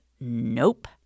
nope